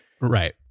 Right